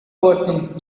overthink